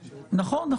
נכון.